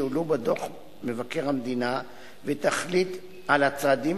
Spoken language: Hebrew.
שהועלו בדוחות מבקר המדינה ותחליט על הצעדים